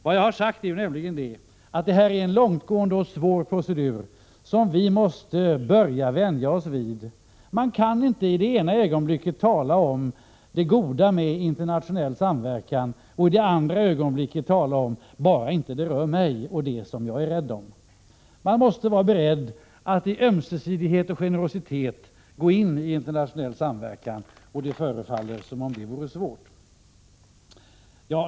Vad jag har sagt är nämligen att det här är en långtgående och svår procedur, som vi måste börja vänja oss vid. Man kan inte i ena ögonblicket tala om det goda med internationell samverkan och i nästa ögonblick säga att detta gäller endast om det inte rör mig och det som jag är rädd om. Man måste vara beredd att i ömsesidighet och generositet gå in i internationell samverkan, och det förefaller som om det vore svårt.